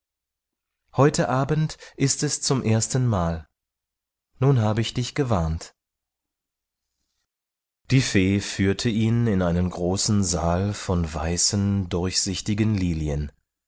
heute abend ist es zum ersten mal nun habe ich dich gewarnt die fee führte ihn in einen großen saal von weißen durchsichtigen lilien